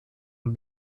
and